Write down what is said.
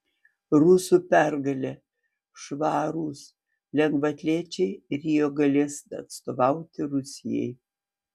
rusų pergalė švarūs lengvaatlečiai rio galės atstovauti rusijai